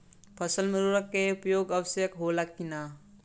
फसल में उर्वरक के उपयोग आवश्यक होला कि न?